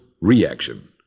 reaction